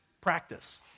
practice